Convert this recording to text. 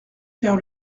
faire